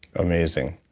amazing.